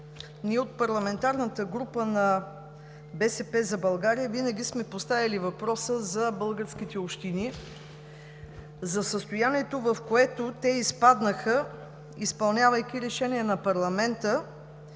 ние от парламентарната група на „БСП за България“ винаги сме поставяли въпроса за българските общини – за състоянието, в което те изпаднаха, изпълнявайки решение на парламента